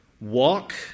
Walk